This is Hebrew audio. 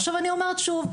עכשיו אני אומרת שוב.